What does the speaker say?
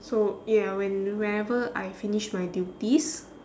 so ya when whenever I finish my duties